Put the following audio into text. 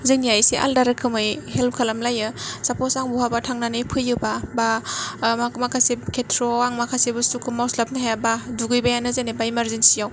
जोंनिया एसे आलादा रोखोमै हेल्प खालामलायो सापस आं बहाबा थांनानै फैयोबा बा माखासे खेथ्रआव आं माखासे बुस्तुखौ मावस्लाबनो हायाबा दुगैबायानो जेन'बा इमारजेनसि आव